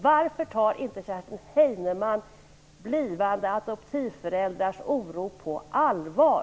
Varför tar inte Kerstin Heinemann blivande adoptivföräldrars oro på allvar?